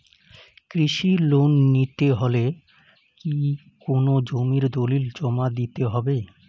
কৃষি লোন নিতে হলে কি কোনো জমির দলিল জমা দিতে হবে?